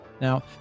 Now